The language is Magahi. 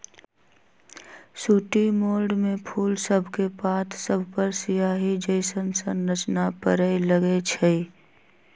सूटी मोल्ड में फूल सभके पात सभपर सियाहि जइसन्न संरचना परै लगैए छइ